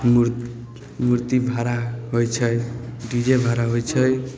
मूर मुरति भाड़ा होइ छै डी जे भाड़ा होइ छै